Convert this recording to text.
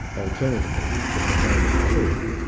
alternatively, if the claim is true,